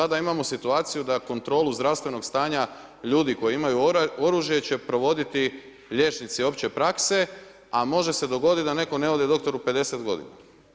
Zato što sada imamo situaciju da kontrolu zdravstvenog stanja ljudi koji imaju oružje će provoditi liječnici opće prakse, a može se dogoditi da netko ne ode doktoru 50 godina.